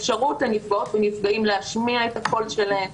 אפשרות לנפגעות ולנפגעים להשמיע את הקול שלהם,